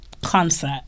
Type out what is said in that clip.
Concert